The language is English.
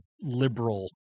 liberal